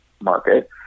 market